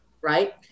right